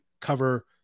cover